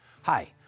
Hi